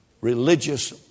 religious